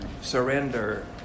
Surrender